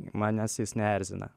manęs jis neerzina